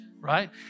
right